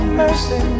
mercy